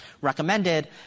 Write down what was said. recommended